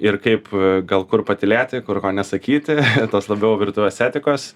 ir kaip gal kur patylėti kur ko nesakyti tos labiau virtuvės etikos